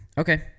Okay